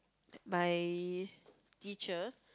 my teacher